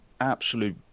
absolute